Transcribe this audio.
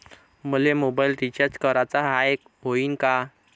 मले mobile recharge कराचा हाय, होईनं का?